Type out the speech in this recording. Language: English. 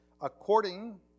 according